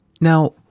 Now